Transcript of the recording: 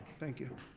thank you.